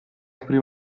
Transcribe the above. aprì